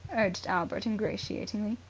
urged albert ingratiatingly.